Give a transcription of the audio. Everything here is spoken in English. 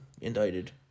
indicted